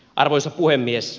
arvoisa puhemies